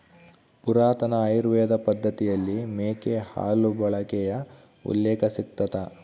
ಪುರಾತನ ಆಯುರ್ವೇದ ಪದ್ದತಿಯಲ್ಲಿ ಮೇಕೆ ಹಾಲು ಬಳಕೆಯ ಉಲ್ಲೇಖ ಸಿಗ್ತದ